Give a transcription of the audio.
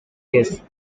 case